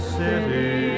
city